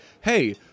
hey